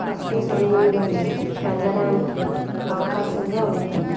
తక్కువ సమయంలోనే వెళ్ళడానికి అవకాశంగా ఉంటుంది